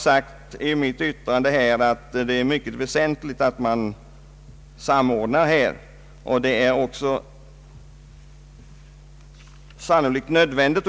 Jag anser att det är mycket väsentligt att man samordnar den allmänna sektorn och näringslivet här — det är sannolikt nödvändigt.